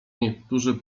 niektórzy